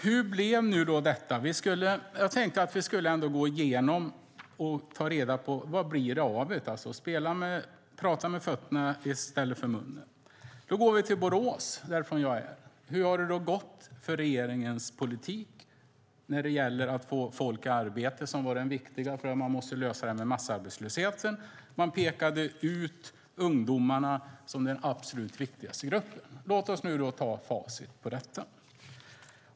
Herr talman! Hur blev nu detta? Jag tänkte att vi skulle gå igenom och ta reda på vad det blev av det, alltså prata med fötterna i stället för munnen. Vi går till Borås, som jag kommer från. Hur har det gått för regeringens politik när det gäller att få folk i arbete, som ju var det viktiga för att lösa massarbetslösheten? Man pekade ut ungdomarna som den absolut viktigaste gruppen. Låt oss då se på facit för detta.